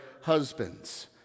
husbands